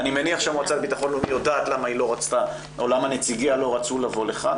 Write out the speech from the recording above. אני מניח שהמועצה לביטחון לאומי יודעת למה נציגיה לא רצו לבוא לכאן.